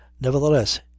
nevertheless